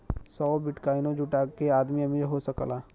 सौ बिट्काइनो जुटा के आदमी अमीर हो सकला